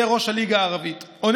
זה ראש הליגה הערבית.